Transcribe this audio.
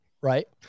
Right